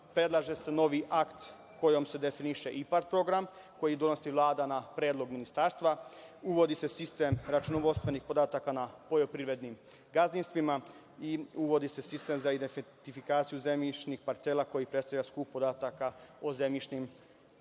predlaže se novi akt kojim se definiše IPAR program koji donosi Vlada na predlog ministarstva, uvodi se sistem računovodstvenih podataka na poljoprivrednim gazdinstvima i uvodi se sistem za identifikaciju zemljišnih parcela koji predstavlja skup podataka o zemljišnim